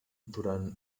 durant